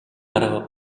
арга